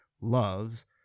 loves